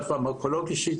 ופרמקולוגי,